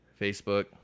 Facebook